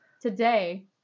Today